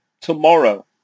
Tomorrow